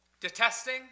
detesting